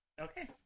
Okay